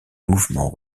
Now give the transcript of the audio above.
mouvement